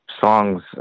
songs